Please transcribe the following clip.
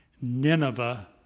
Nineveh